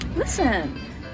Listen